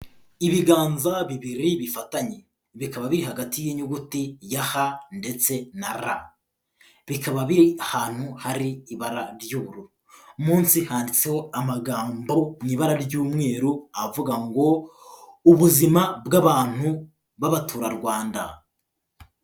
Ibiganza bibiriye bifatanye bikaba biri hagati y'inyuguti ya ha ndetse na ra, bikaba biri ahantu hari ibara ry'ubururu, munsi ntacyo amagambo mu ibara ry'umweru avuga ngo ubuzima bw'abantu b'abaturarwanda.